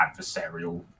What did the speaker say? adversarial